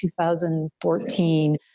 2014